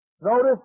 Notice